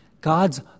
God's